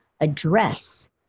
address